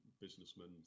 businessmen